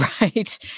right